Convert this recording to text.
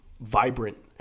vibrant